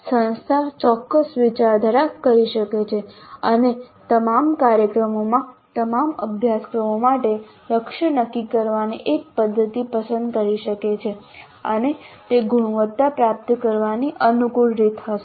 તેથી સંસ્થા ચોક્કસ વિચારધારા કરી શકે છે અને તમામ કાર્યક્રમોમાં તમામ અભ્યાસક્રમો માટે લક્ષ્ય નક્કી કરવાની એક પદ્ધતિ પસંદ કરી શકે છે અને તે ગુણવત્તા પ્રાપ્ત કરવાની અનુકૂળ રીત હશે